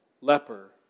leper